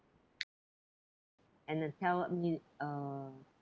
and then tell me uh